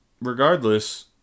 regardless